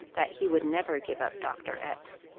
that he would never give up dr. x,